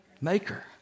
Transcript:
Maker